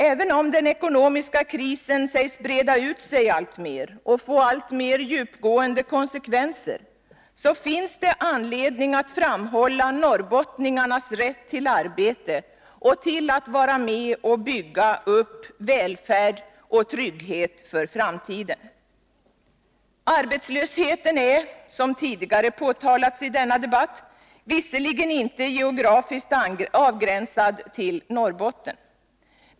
Även om den ekonomiska krisen sägs breda ut sig alltmer och få alltmer djupgående konsekvenser, finns det anledning att framhålla norrbottningarnas rätt till arbete och rätt att vara med och bygga upp välfärd och trygghet för framtiden. Arbetslösheten är, som tidigare påtalats i denna debatt, visserligen inte geografiskt avgränsad till Norrbotten.